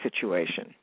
situation